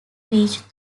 beach